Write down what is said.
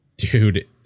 Dude